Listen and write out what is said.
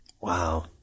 Wow